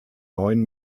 neuen